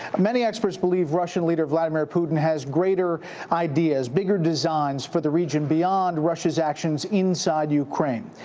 many experts believe russian leader vladimir putin has greater ideas, bigger designs for the region beyond russia's actions inside ukraine.